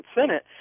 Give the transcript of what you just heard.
senate